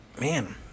Man